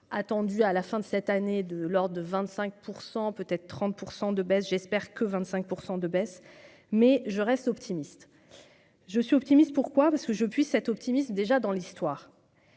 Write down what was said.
attendue à la fin de cette année, de l'ordre de 25 % peut être 30 % de baisse, j'espère que 25 % de baisse mais je reste optimiste, je suis optimiste, pourquoi, parce que je puisse être optimiste, déjà dans l'histoire,